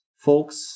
folks